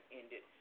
ended